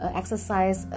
exercise